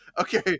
Okay